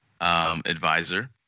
advisor